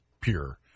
pure